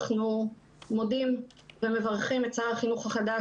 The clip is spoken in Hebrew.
אנחנו מודים למברכים את שר החינוך החדש